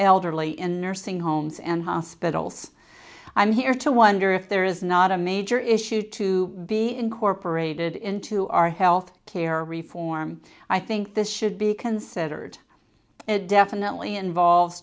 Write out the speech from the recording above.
elderly in nursing homes and hospitals i'm here to wonder if there is not a major issue to be incorporated into our health care reform i think this should be considered it definitely involves